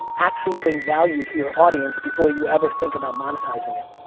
actually bring value to your audience before you ever think about monetizing it.